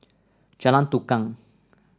Jalan Tukang